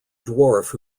dwarf